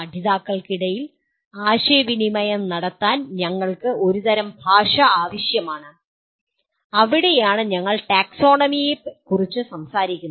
പഠിതാക്കൾക്കിടയിൽ ആശയവിനിമയം നടത്താൻ ഞങ്ങൾക്ക് ഒരുതരം ഭാഷ ആവശ്യമാണ് അവിടെയാണ് ഞങ്ങൾ ടാക്സോണമിയെക്കുറിച്ച് സംസാരിക്കുന്നത്